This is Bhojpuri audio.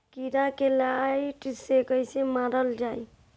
कीड़ा के लाइट से कैसे मारल जाई?